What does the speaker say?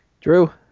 Drew